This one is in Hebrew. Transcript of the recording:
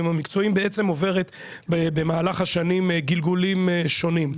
המקצועיים בעצם עוברת במהלך השנים גלגולים שונים,